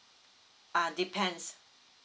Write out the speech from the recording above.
uh depends